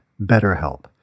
BetterHelp